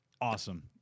Awesome